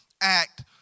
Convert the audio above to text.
act